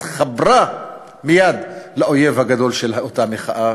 התחברה מייד לאויב הגדול של אותה מחאה,